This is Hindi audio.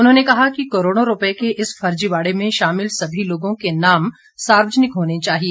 उन्होंने कहा कि करोड़ों रूपए के इस फर्जीवाड़े में शामिल सभी लोगों के नाम सार्वजनिक होने चाहिए